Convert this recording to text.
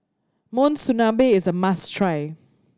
monsunabe is a must try